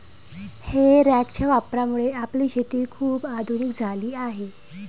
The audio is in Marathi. हे रॅकच्या वापरामुळे आपली शेती खूप आधुनिक झाली आहे